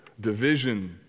division